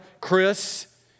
Chris